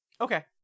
Okay